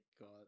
god